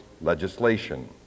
legislation